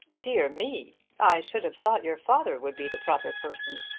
dear me! i should have thought your father would be the proper person.